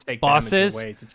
bosses